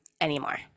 anymore